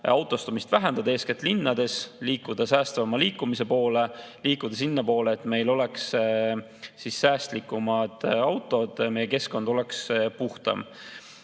autostumist, eeskätt linnades, ja liikuda säästvama liikumise poole, liikuda sinnapoole, et meil oleksid säästlikumad autod, et meie keskkond oleks puhtam.